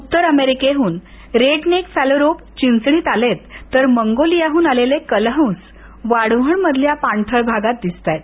उत्तर अमेरिकेहुन red neck phalarope चिंचणीत आलेततर मंगोलिया हुन आलेले कलहंस वाढवण मधल्या पाणथळ भागात दिसताहेत